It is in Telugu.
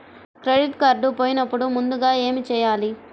క్రెడిట్ కార్డ్ పోయినపుడు ముందుగా ఏమి చేయాలి?